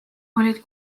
olid